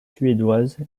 suédoise